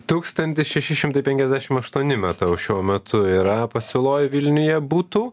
tūkstantis šeši šimtai penkiasdešim aštuoni matau šiuo metu yra pasiūloj vilniuje butų